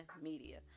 Media